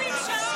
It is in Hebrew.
אתם הבאתם את זה.